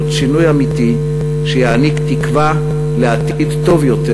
שינוי אמיתי שיעניק תקווה לעתיד טוב יותר,